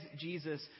Jesus